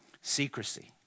Secrecy